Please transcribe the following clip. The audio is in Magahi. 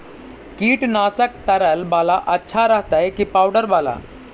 कीटनाशक तरल बाला अच्छा रहतै कि पाउडर बाला?